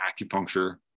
acupuncture